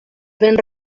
vent